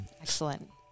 Excellent